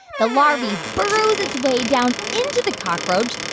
the larva burrows its way down into the cockroach.